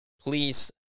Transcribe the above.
please